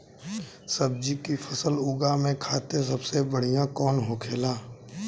सब्जी की फसल उगा में खाते सबसे बढ़ियां कौन होखेला?